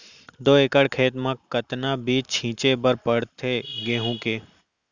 दो एकड़ खेत म कतना बीज छिंचे बर पड़थे गेहूँ के?